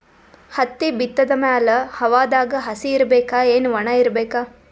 ಹತ್ತಿ ಬಿತ್ತದ ಮ್ಯಾಲ ಹವಾದಾಗ ಹಸಿ ಇರಬೇಕಾ, ಏನ್ ಒಣಇರಬೇಕ?